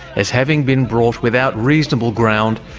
as having been brought without reasonable ground,